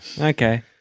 Okay